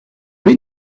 weet